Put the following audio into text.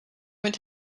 would